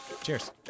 Cheers